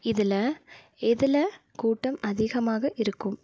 இதில் எதில் கூட்டம் அதிகமாக இருக்கும்